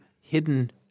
hidden